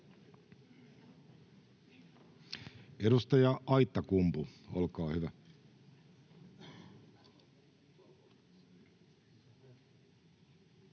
Edustaja Aittakumpu, olkaa hyvä.